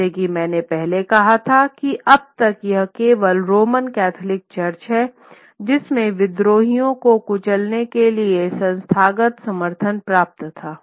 जैसा कि मैंने पहले कहा था कि अब तक यह केवल रोमन कैथोलिक चर्च हैं जिसमें विद्रोहियों को कुचलने के लिए संस्थागत समर्थन प्राप्त था